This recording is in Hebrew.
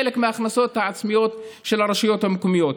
חלק מההכנסות העצמיות של הרשויות המקומיות.